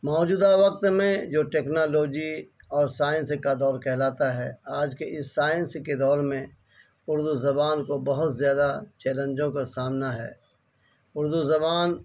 موجودہ وقت میں جو ٹیکنالوجی اور سائنس کا دور کہلاتا ہے آج کے اس سائنس کے دور میں اردو زبان کو بہت زیادہ چیلنجوں کا سامنا ہے اردو زبان